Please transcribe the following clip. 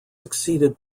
succeeded